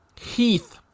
Heath